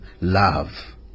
love